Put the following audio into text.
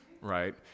right